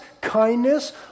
kindness